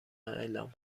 اعلام